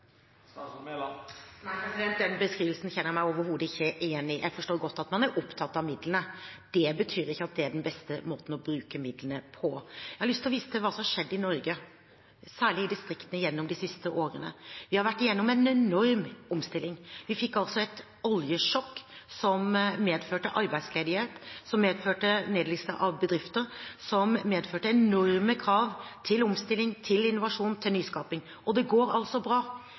den beskrivelsen kjenner jeg meg overhodet ikke igjen i. Jeg forstår godt at man er opptatt av midlene. Det betyr ikke at det er den beste måten å bruke midlene på. Jeg har lyst til å vise til hva som har skjedd i Norge, særlig i distriktene, gjennom de siste årene. Vi har vært igjennom en enorm omstilling. Vi fikk et oljesjokk, som medførte arbeidsledighet, som medførte nedleggelse av bedrifter, som medførte enorme krav til omstilling, til innovasjon og til nyskaping. Og det går altså bra.